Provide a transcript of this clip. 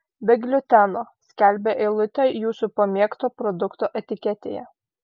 be gliuteno skelbia eilutė jūsų pamėgto produkto etiketėje